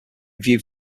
viewed